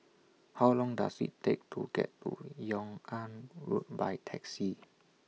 How Long Does IT Take to get to Yung An Road By Taxi